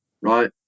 right